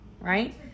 right